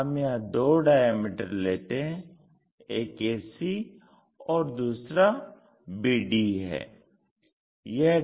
हम यहां दो डायामीटर लेते हैं एक AC है और दूसरा BD है